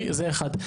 זה אחד.